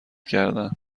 کردن